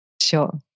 Sure